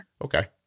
okay